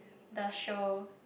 the show